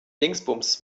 dingsbums